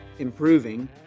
improving